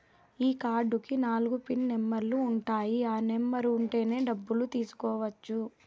ఈ కార్డ్ కి నాలుగు పిన్ నెంబర్లు ఉంటాయి ఆ నెంబర్ ఉంటేనే డబ్బులు తీసుకోవచ్చు